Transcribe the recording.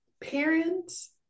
parents